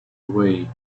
away